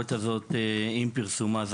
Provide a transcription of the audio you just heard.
הביקורת הזאת עם פרסומה,